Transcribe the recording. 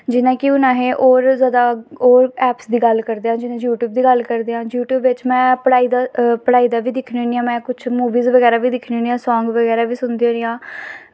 जि'यां कि हून अस होर जैदा होर ऐपस दी गल्ल करदे आं जि'यां यूटयूब दा गल्ल करदे आं यूटयूब बिच्च में पढ़ाई दा बी दिक्खनी होन्नी आं में कुछ मूवी बगैरा बी दिक्खनी होन्नी आं सांग बगैरा बी सुनन्नी होन्नी आं